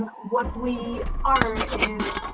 what we are is